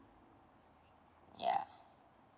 ya